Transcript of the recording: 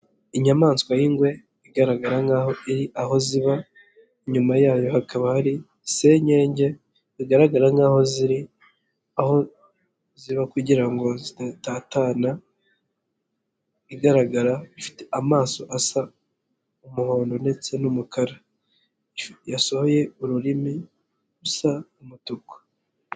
Inyamaswa y'ingwe igaragara nkaho iri aho ziba, inyuma yayo hakaba hari isenyege bigaragara nkaho ziri, aho ziba kugira ngo zidatatana, igaragara ifite amaso asa umuhondo ndetse n'umukara. Yasohoye ururimi rusa umutuku.